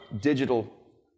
digital